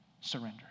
surrender